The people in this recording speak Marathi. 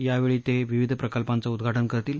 यावेळी ते विविध प्रकल्पांचं उद्घाटन करतील